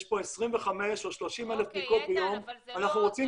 זה לא שאני לא רוצה